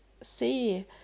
see